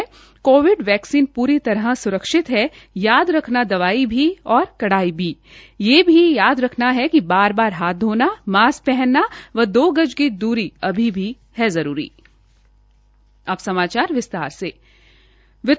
Covid vaccine पूरी तरह सुरक्षित है याद रखना दवाई भी और कड़ाई भी यह भी याद रखना है कि बार बार हाथ धोना मास्क पहनना व दो गज की द्री अभी भी जरूरी है